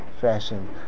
fashion